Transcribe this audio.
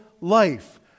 life